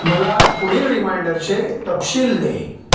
मला पुढील रिमाइंडरचे तपशील दे